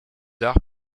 arts